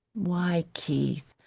why, keith,